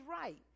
right